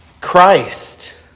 Christ